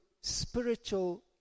spiritual